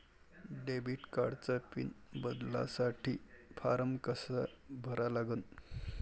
Debit कार्डचा pin बदलासाठी form कसा भरा लागन?